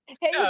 Hey